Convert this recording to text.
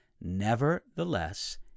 Nevertheless